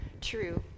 true